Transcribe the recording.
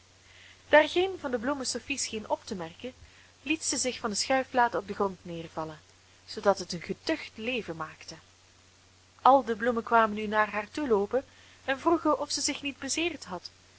daar geen van de bloemen sophie scheen op te merken liet zij zich van de schuiflade op den grond neervallen zoodat het een geducht leven maakte al de bloemen kwamen nu naar haar toeloopen en vroegen of zij zich niet bezeerd had